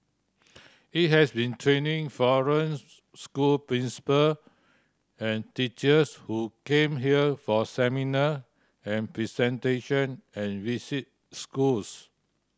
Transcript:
it has been training foreign school principal and teachers who came here for seminar and presentation and visit schools